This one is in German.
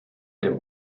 dem